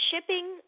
shipping